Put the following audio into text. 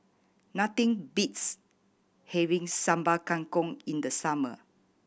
nothing beats having Sambal Kangkong in the summer